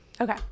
Okay